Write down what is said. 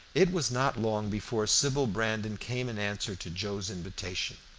it was not long before sybil brandon came in answer to joe's invitation.